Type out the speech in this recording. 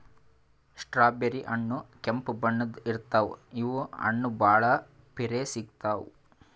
strawberry ಹಣ್ಣ್ ಕೆಂಪ್ ಬಣ್ಣದ್ ಇರ್ತವ್ ಇವ್ ಹಣ್ಣ್ ಭಾಳ್ ಪಿರೆ ಸಿಗ್ತಾವ್